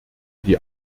die